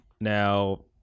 Now